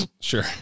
Sure